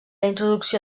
introducció